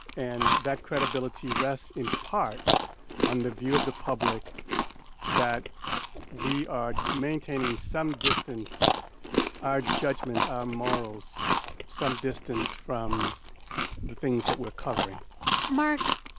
and that credibility rests in part on the view of the public that we are maintaining some distance our judgments, our morals some distance from the things that we're covering mark,